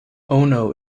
ono